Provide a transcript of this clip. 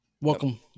Welcome